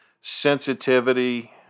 sensitivity